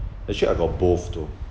actually I got both too